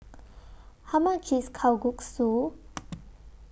How much IS Kalguksu